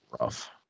rough